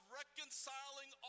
reconciling